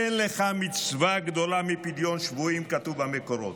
אין לך מצווה גדולה מפדיון שבויים, כתוב במקורות.